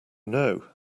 know